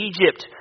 Egypt